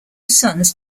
sons